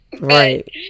Right